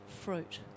fruit